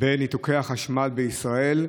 בניתוקי החשמל בישראל.